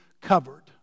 covered